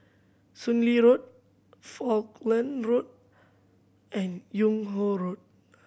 Soon Lee Road Falkland Road and Yung Ho Road